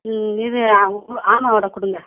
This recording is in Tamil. ம் இது ஆவு ஆமை வடை கொடுங்க